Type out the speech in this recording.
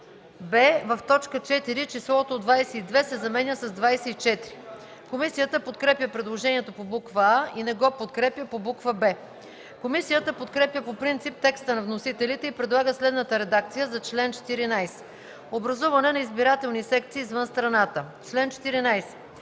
б) в т. 4 числото „22“ се заменя с „24”.” Комисията подкрепя предложението по буква „а” и не го подкрепя по буква „б”. Комисията подкрепя по принцип текста на вносителите и предлага следната редакция за чл. 14: Образуване на избирателни секции извън страната „Чл. 14.